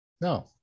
No